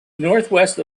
northwest